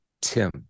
Tim